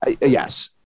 Yes